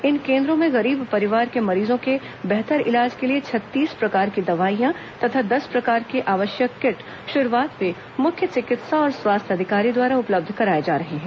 इन केंद्रों में गरीब परिवार के मरीजों के बेहतर इलाज के लिए छत्तीस प्रकार की दवाइयां तथा दस प्रकार के आवश्यक कीट शुरूआत में मुख्य चिकित्सा और स्वास्थ्य अधिकारी द्वारा उपलब्ध कराए जा रहे हैं